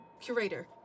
Curator